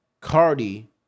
Cardi